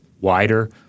wider